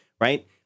right